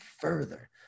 further